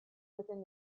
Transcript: within